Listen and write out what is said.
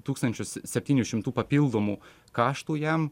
tūkstančio septynių šimtų papildomų kaštų jam